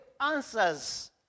answers